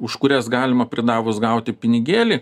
už kurias galima pridavus gauti pinigėlį